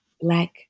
Black